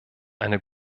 eine